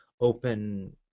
open